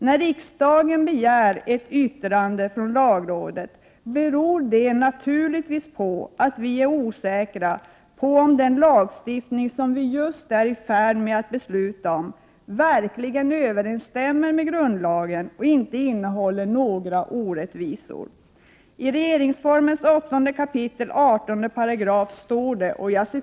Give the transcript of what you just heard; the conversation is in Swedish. När riksdagen begär ett yttrande från lagrådet beror det naturligtvis på att vi är osäkra på om den lagstiftning som vi just är i färd med att besluta om verkligen överensstämmer med grundlagen och inte innehåller några orättvisor.